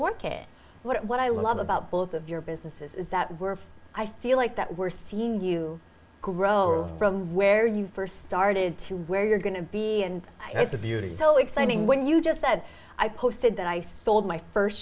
work it what i love about both of your business is that we're i feel like that we're seeing you grow from where you st started to where you're going to be and that's the beauty so exciting when you just said i posted that i sold my